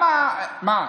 מה,